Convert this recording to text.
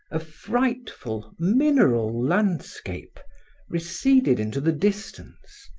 a frightful mineral landscape receded into the distance,